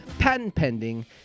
patent-pending